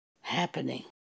happening